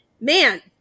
man